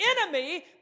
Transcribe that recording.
enemy